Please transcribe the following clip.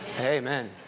Amen